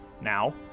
now